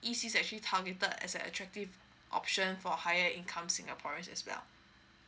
E_C actually targeted as a attractive option for higher income singaporeans as well